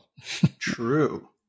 True